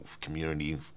community